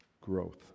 growth